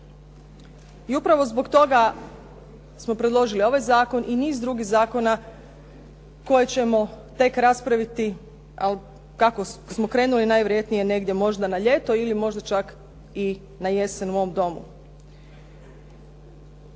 I upravo zbog toga smo predložili ovaj zakon i niz drugih zakona koje ćemo tek raspraviti, ali kako smo krenuli, najvjerojatnije negdje možda na ljeto, ili možda čak i na jesen u ovom Domu.